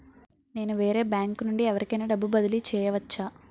నేను వేరే బ్యాంకు నుండి ఎవరికైనా డబ్బు బదిలీ చేయవచ్చా?